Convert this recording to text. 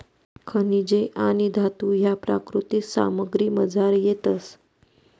खनिजे आणि धातू ह्या प्राकृतिक सामग्रीमझार येतस